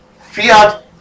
Fiat